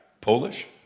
Polish